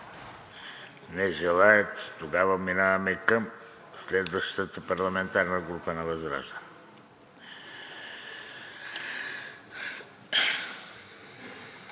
Не желаят. Тогава минаваме към следващата парламентарна група ВЪЗРАЖДАНЕ.